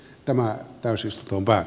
tämä täysistunto